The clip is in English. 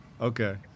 Okay